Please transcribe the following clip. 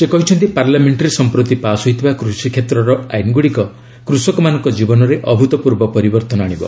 ସେ କହିଛନ୍ତି ପାର୍ଲାମେଙ୍କରେ ସମ୍ପ୍ରତି ପାସ୍ ହୋଇଥିବା କୃଷି କ୍ଷେତ୍ରର ଆଇନ୍ଗୁଡ଼ିକ କୃଷକମାନଙ୍କ ଜୀବନରେ ଅଭୂତ୍ପୂର୍ବ ପରିବର୍ତ୍ତନ ଆଣିବ